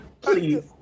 Please